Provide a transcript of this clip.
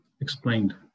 explained